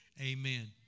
amen